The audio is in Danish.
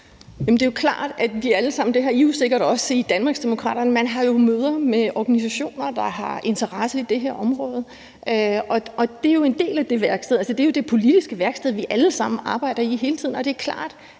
Det er klart, at vi alle sammen – det har I sikkert også i Danmarksdemokraterne – har møder med organisationer, der har interesse i det her område. Det er en del af det værksted. Altså, det er jo det politiske værksted, vi alle sammen arbejder i hele tiden. Og det er klart,